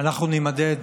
אנחנו נימדד